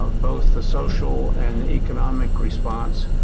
um both the social and economic response.